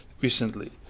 recently